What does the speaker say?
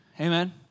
Amen